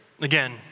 Again